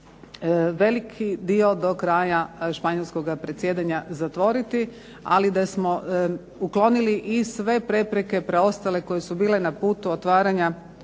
veliki dio do kraja španjolskoga predsjedanja zatvoriti, ali da smo uklonili i sve prepreke preostale koje su bile na putu otvaranja